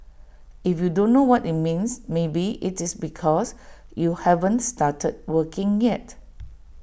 if you don't know what IT means maybe IT is because you haven't started working yet